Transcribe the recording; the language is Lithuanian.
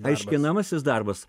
aiškinamasis darbas